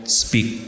speak